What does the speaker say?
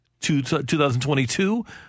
2022